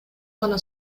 гана